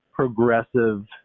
progressive